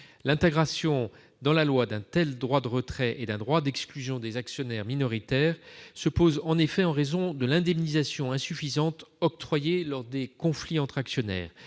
L'intégration dans la loi d'un tel droit de retrait et d'un droit d'exclusion des actionnaires minoritaires se justifie par le caractère insuffisant de l'indemnisation actuellement octroyée lors de conflits entre actionnaires.